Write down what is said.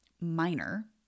minor